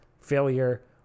failure